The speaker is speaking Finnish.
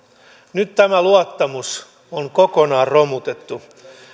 nyt tämä luottamus on kokonaan romutettu